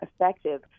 effective